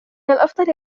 الأفضل